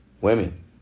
Women